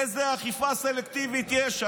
איזה אכיפה סלקטיבית יש.